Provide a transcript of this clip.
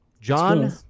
John